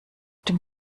dem